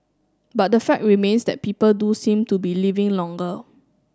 but the fact remains that people do seem to be living longer